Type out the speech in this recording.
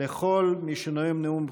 לכל מי שנואם נאום בכורה,